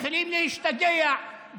מתחילים להשתגע,